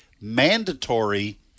mandatory